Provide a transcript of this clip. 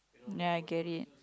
ya I get it